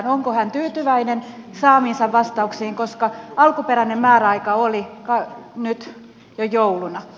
onko hän tyytyväinen saamiinsa vastauksiin koska alkuperäinen määräaika oli jo jouluna